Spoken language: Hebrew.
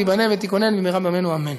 תיבנה ותיכונן במהרה בימינו אמן.